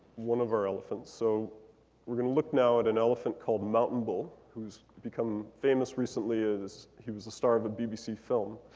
one of our elephants. so we're going to look now at an elephant called mountain bull who's become famous recently. he was the star of a bbc film.